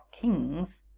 kings